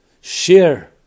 Share